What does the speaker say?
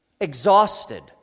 exhausted